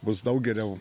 bus daug geriau